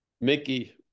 Mickey